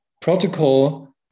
protocol